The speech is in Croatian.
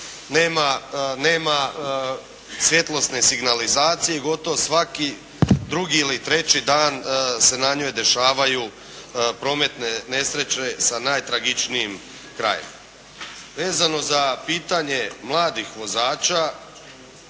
nema svjetlosne signalizacije i gotovo svaki drugi ili treći dan se na njoj dešavaju prometne nesreće sa najtragičnijim krajem. Vezano za pitanje mladih vozača